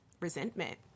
resentment